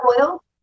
oil